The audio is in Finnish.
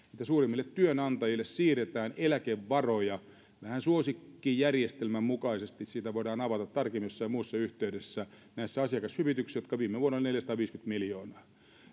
suurimmille työnantajille siirretään eläkevaroja vähän suosikkijärjestelmän mukaisesti sitä voidaan avata tarkemmin jossain muussa yhteydessä näissä asiakashyvityksissä jotka viime vuonna olivat neljäsataaviisikymmentä miljoonaa